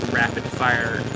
rapid-fire